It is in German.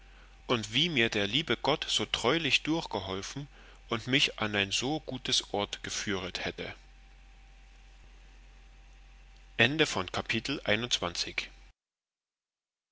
und wie mir der liebe gott so treulich durchgeholfen und mich an ein so gutes ort geführet hätte